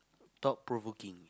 thought-provoking